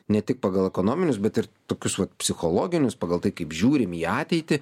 ne tik pagal ekonominius bet ir tokius va psichologinius pagal tai kaip žiūrim į ateitį